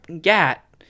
Gat